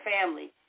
family